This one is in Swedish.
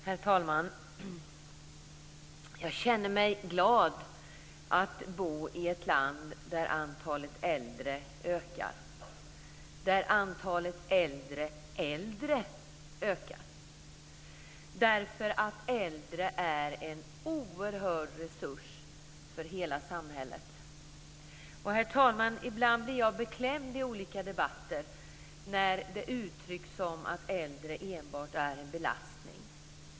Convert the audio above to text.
Herr talman! Jag känner mig glad att bo i ett land där antalet äldre ökar, där antalet äldre äldre ökar, därför att äldre är en oerhörd resurs för hela samhället. Herr talman! Ibland blir jag beklämd i olika debatter när det uttrycks som att äldre enbart är en belastning.